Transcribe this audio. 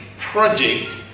project